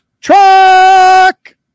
truck